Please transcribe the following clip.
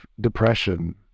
depression